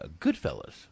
Goodfellas